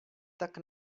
tak